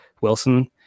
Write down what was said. Wilson